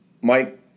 Mike